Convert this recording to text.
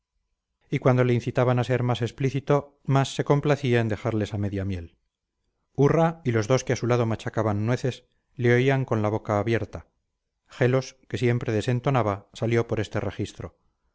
y cuando le incitaban a ser más explícito más se complacía en dejarles a media miel urra y los dos que a su lado machacaban nueces le oían con la boca abierta gelos que siempre desentonaba salió por este registro